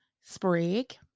sprig